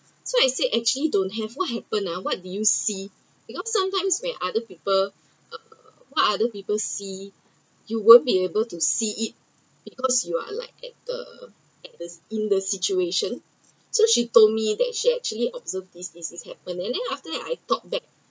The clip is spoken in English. so I said actually don’t have what happened ah what did you see because sometime when other people uh what other people see you won’t be able to see it because you are like at the at the in the situation so she told me that she actually observed this this happened and then after that I thought back